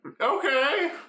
Okay